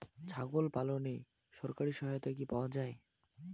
ছাগল পালনে সরকারি সহায়তা কি পাওয়া যায়?